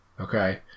Okay